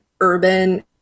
urban